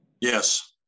Yes